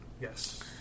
Yes